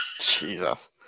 Jesus